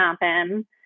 happen